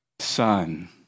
Son